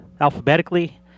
alphabetically